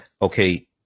Okay